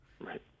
Right